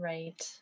Right